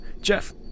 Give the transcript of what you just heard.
Jeff